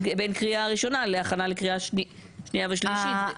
קריאה ראשונה להכנה לקריאה שנייה ושלישית?